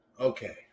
okay